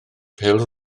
pêl